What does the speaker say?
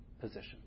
position